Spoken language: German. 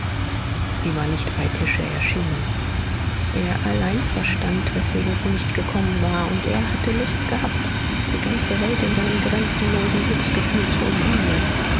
sie war nicht bei tische erschienen er allein verstand weswegen sie nicht gekommen war und er hatte lust gehabt die ganze welt in seinem grenzenlosen glücksgefühl zu umarmen